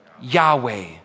Yahweh